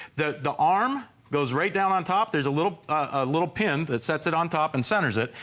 the the arm goes right down on top. there is a little ah little pin that sets it on top and centers it.